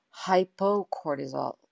hypocortisol